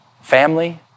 family